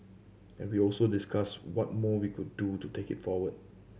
and we also discussed what more we could do to take it forward